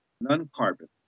non-carbon